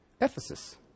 Ephesus